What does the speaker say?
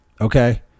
Okay